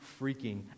freaking